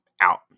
out